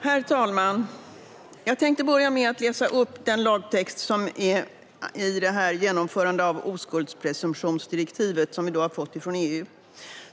Herr talman! Jag tänkte börja med att läsa upp den lagtext som finns i genomförandet av oskuldspresumtionsdirektivet, som vi har fått från EU.